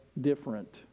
different